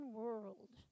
world